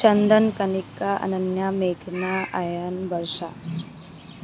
চন্দন কণিকা অনন্য়া মেঘনা আয়ান বৰ্ষা